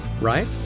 right